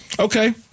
Okay